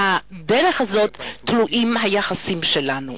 בדרך הזאת תלויים היחסים שלנו.